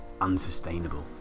unsustainable